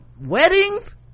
weddings